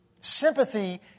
sympathy